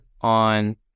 on